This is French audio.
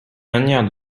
manières